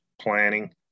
planning